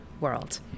world